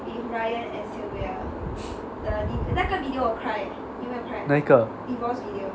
哪一个